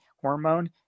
hormone